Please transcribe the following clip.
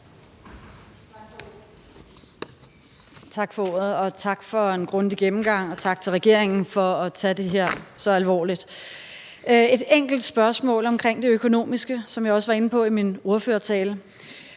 Tak for ordet, og tak for en grundig gennemgang, og tak til regeringen for at tage det her så alvorligt. Jeg har et enkelt spørgsmål omkring det økonomiske, som jeg også var inde på i min ordførertale.